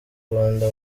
rwanda